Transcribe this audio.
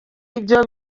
ibyo